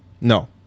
No